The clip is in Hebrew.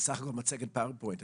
זאת בסך הכל מצגת power point,